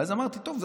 ואז אמרתי: טוב,